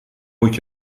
moet